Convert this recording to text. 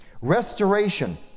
restoration